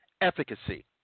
efficacy